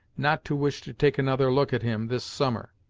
not to wish to take another look at him this summer.